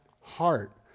heart